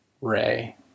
Ray